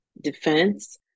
defense